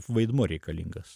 vaidmuo reikalingas